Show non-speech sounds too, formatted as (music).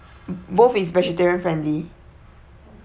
(noise) both is vegetarian friendly